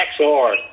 XR